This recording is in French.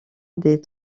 des